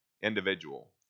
individual